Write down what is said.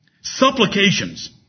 supplications